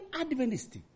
Adventist